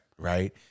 right